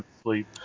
sleep